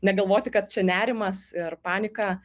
negalvoti kad čia nerimas ir panika